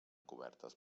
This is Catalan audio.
cobertes